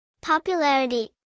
Popularity